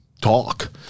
talk